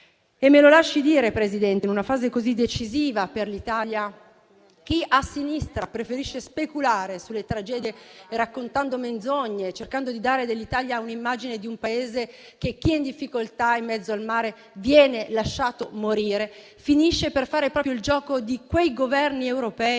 Me lo lasci dire, Presidente: in una fase così decisiva per l'Italia, chi a sinistra preferisce speculare sulle tragedie, raccontando menzogne e cercando di dare dell'Italia l'immagine di un Paese in cui chi è in difficoltà in mezzo al mare viene lasciato morire, finisce per fare proprio il gioco di quei Governi europei